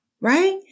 right